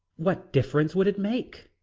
what difference would it make?